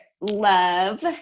Love